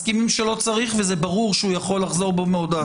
מסכימים שלא צריך וזה ברור שהוא יכול לחזור בו מהודאתו.